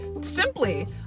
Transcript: simply